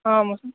ஆமாம் சார்